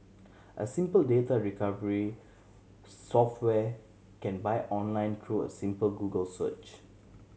a simple data recovery software can buy online through a simple Google search